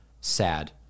Sad